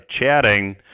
chatting